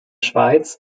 schweiz